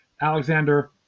Alexander